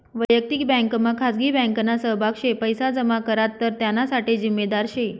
वयक्तिक बँकमा खाजगी बँकना सहभाग शे पैसा जमा करात तर त्याना साठे जिम्मेदार शे